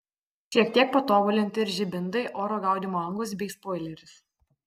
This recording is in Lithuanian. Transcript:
šiek tiek patobulinti ir žibintai oro gaudymo angos bei spoileris